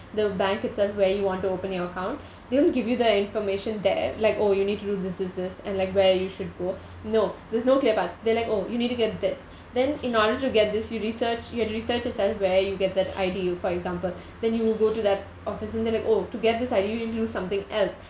the bank itself where you want to open your account they won't give you the information there like oh you need to do this this this and like where you should go no there's no clear part they're like oh you need to get this then in order to get this you research you had to research yourself where you get that I_D for example then you will go to that office and they're like oh to get this I_D you need to do something else